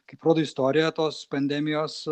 kaip rodo istorija tos pandemijos